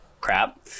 crap